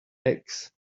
eggs